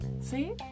See